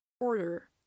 order